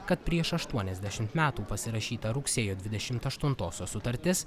kad prieš aštuoniasdešimt metų pasirašyta rugsėjo dvidešimt aštuntosios sutartis